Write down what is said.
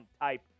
type